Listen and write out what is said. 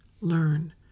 learn